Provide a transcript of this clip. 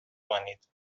بمانید